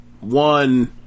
one